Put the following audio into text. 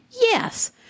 Yes